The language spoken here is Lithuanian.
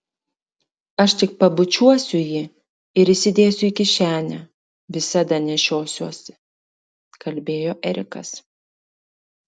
aš tik pabučiuosiu jį ir įsidėsiu į kišenę visada nešiosiuosi kalbėjo erikas